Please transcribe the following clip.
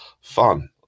fun